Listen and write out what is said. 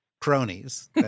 cronies